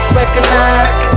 recognize